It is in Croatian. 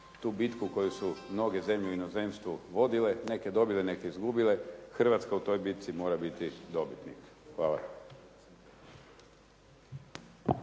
tu bitku koju su mnoge zemlje u inozemstvu vodile, neke dobile, neke izgubile. Hrvatska u toj bitci mora biti dobitnik. Hvala.